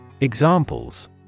Examples